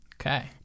Okay